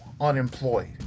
unemployed